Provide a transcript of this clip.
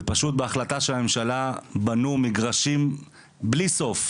ופשוט בהחלטה של הממשלה בנו מגרשים בלי סוף,